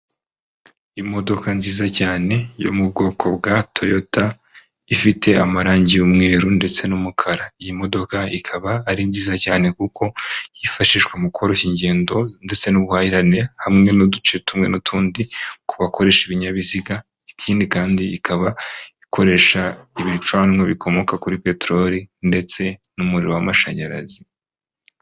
Imodoka nziza cyane yo mu bwoko bwa Toyota ifite amarangi y'umweru ndetse n'umukara, iyi modoka ikaba ari nziza cyane kuko yifashishwa mu koroshya ingendo ndetse n'ubuhahirane hamwe n'uduce tumwe n'utundi ku bakoresha ibinyabiziga, ikindi kandi ikaba ikoresha ibicanwa bikomoka kuri peterori ndetse n'umuriro w'amashanyarazi.